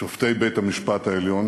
שופטי בית-המשפט העליון